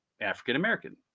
african-american